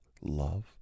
love